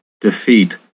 defeat